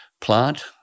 plant